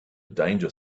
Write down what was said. danger